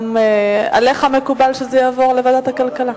גם עליך מקובל שזה יעבור לוועדת הכלכלה?